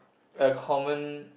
a common